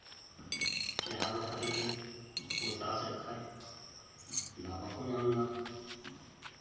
ᱡᱟᱦᱟᱸ ᱞᱮᱠᱟ ᱛᱮᱜᱮ ᱠᱚ ᱪᱟᱥᱮᱫ ᱠᱷᱟᱱ ᱫᱟᱜ ᱵᱟᱠᱚ ᱧᱟᱢ ᱮᱫᱟ